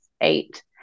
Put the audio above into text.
eight